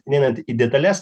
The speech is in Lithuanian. neinant į detales